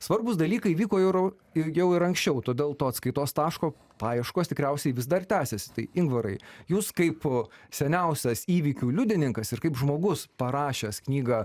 svarbūs dalykai vyko ir ilgiau ir anksčiau todėl to atskaitos taško paieškos tikriausiai vis dar tęsiasi tai ingvarai jūs kaip seniausias įvykių liudininkas ir kaip žmogus parašęs knygą